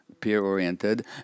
peer-oriented